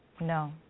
No